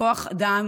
כוח האדם